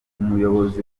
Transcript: umuyobozi